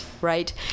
right